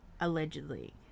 allegedly